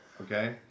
okay